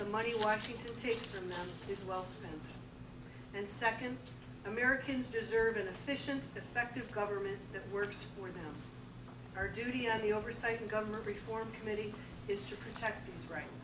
the money washington takes from them is well spent and second americans deserve an efficient effective government that works for them our duty on the oversight and government reform committee is to protect these right